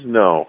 no